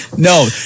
No